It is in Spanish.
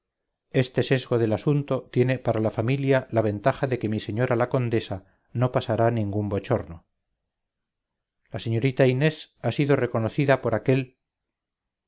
este sesgo del asunto tiene para la familia la ventaja de que mi señora la condesa no pasará ningún bochorno la señorita inés ha sido reconocida por aquel